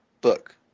book